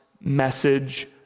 message